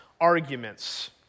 arguments